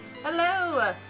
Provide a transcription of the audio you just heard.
hello